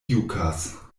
jukas